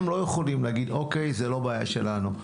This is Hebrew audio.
הם לא יכולים לומר: זה לא בעיה שלנו.